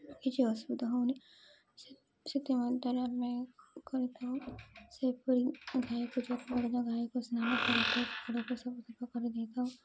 କିଛି ଅସୁବିଧା ହେଉନି ସେଥିମଧ୍ୟରେ ଆମେ କରିଥାଉ ସେହିପରି ଗାଈକୁ ଯତ୍ନ ରଖିବା ଗାଈକୁ ସ୍ନାନ କରିଦେଇ ଥାଉ